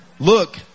Look